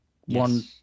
one